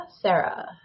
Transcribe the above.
Sarah